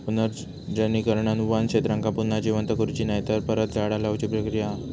पुनर्जंगलीकरण वन क्षेत्रांका पुन्हा जिवंत करुची नायतर परत झाडा लाऊची प्रक्रिया हा